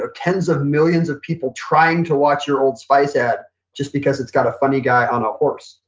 ah tens of millions of people trying to watch your old spice ad just because it's got a funny guy on a horse.